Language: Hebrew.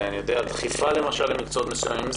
או בדחיפה למקצועות מסוימים,